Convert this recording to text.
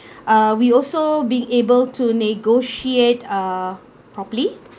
uh we also being able to negotiate uh properly